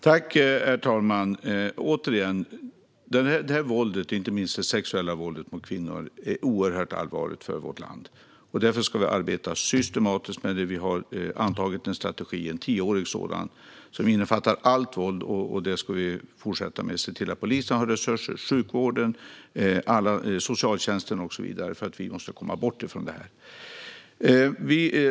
Herr talman! Våld - inte minst det sexuella våldet - mot kvinnor är oerhört allvarligt för vårt land. Därför ska vi arbeta systematiskt. Vi har antagit en tioårig strategi som innefattar allt våld, och vi ska fortsätta att se till att polisen, sjukvården och socialtjänsten har resurser.